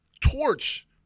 torch